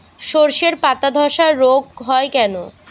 শর্ষের পাতাধসা রোগ হয় কেন?